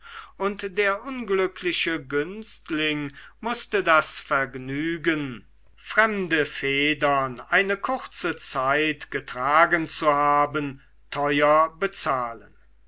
und der unglückliche günstling mußte das vergnügen fremde federn eine kurze zeit getragen zu haben teuer bezahlen